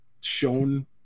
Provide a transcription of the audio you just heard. shown